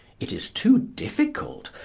it is too difficult,